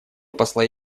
посла